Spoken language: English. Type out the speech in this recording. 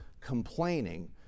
complaining